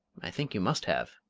i think you must have.